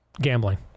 gambling